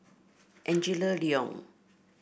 Angela Liong